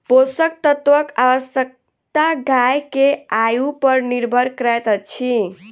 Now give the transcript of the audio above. पोषक तत्वक आवश्यकता गाय के आयु पर निर्भर करैत अछि